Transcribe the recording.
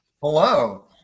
hello